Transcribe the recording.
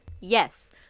Yes